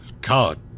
God